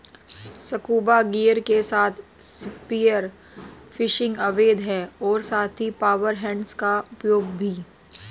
scuba gear के साथ spear fishing अवैध है और साथ ही पावर हेड्स का उपयोग भी